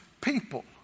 people